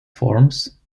forms